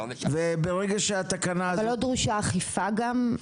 ולא דרושה אכיפה גם?